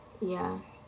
ya